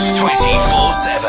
24-7